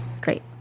Great